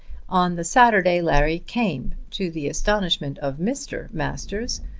on the saturday larry came to the astonishment of mr. masters,